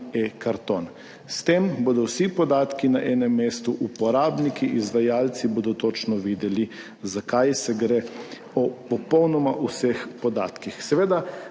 eKarton. S tem bodo vsi podatki na enem mestu. Uporabniki, izvajalci bodo točno videli za kaj se gre, o popolnoma vseh podatkih. Seveda